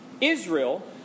Israel